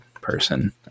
person